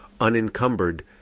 unencumbered